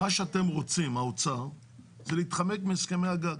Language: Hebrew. מה שאתם רוצים, האוצר, זה להתחמק מהסכמי הגג.